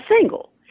single